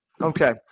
Okay